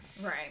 Right